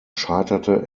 scheiterte